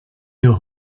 wir